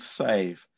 save